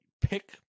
pick